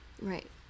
Right